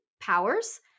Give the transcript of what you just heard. powers